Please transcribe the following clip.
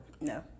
No